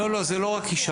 לא, לא, זה לא רק אישה.